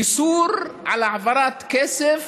איסור על העברת כסף,